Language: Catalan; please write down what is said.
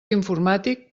informàtic